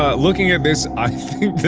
ah looking at this, i